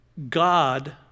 God